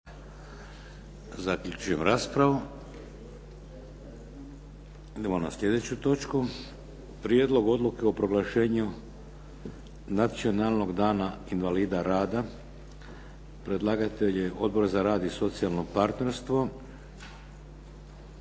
Vladimir (HDZ)** Idemo na slijedeću točku. - Prijedlog odluke o proglašenju "Nacionalnog dana invalida rada", Predlagatelj: Odbor za rad i socijalno partnerstvo